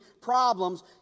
problems